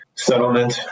settlement